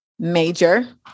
Major